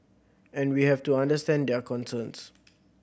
and we have to understand their concerns